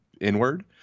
inward